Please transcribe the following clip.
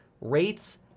Rates